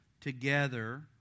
together